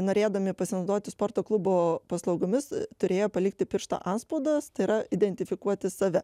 norėdami pasinaudoti sporto klubo paslaugomis turėjo palikti piršto antspaudus tai yra identifikuoti save